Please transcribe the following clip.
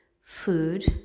food